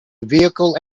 vehicle